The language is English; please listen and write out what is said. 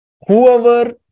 whoever